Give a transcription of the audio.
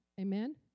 Amen